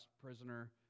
prisoner